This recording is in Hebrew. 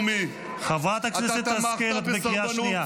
--- חברת הכנסת השכל, את בקריאה שנייה.